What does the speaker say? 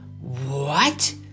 What